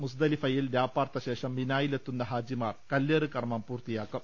മുസ്ദലിഫയിൽ രാപാർത്ത ശേഷം മിനായിലെത്തുന്ന ഹാജിമാർ കല്ലേറ് കർമം പൂർത്തിയാക്കും